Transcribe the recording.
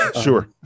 Sure